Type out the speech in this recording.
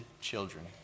children